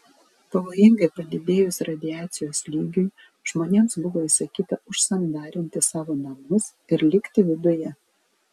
pavojingai padidėjus radiacijos lygiui žmonėms buvo įsakyta užsandarinti savo namus ir likti viduje